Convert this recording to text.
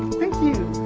thank you.